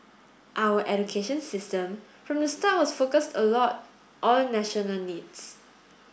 our education system from the start was focused a lot on national needs